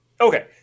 Okay